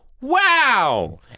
wow